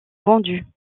vendus